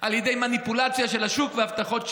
על ידי מניפולציה של השוק והבטחות שווא.